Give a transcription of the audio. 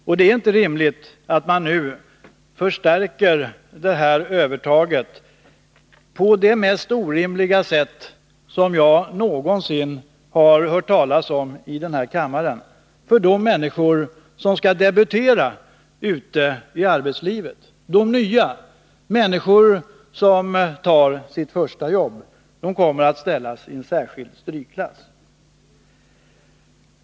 Och nu förstärker man det övertaget på det mest orimliga sätt jag har hört talas om gentemot de människor som skall debutera i arbetslivet, alltså gentemot de människor som tar sitt första jobb. De kommer att sättas i strykklass.